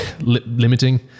limiting